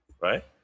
Right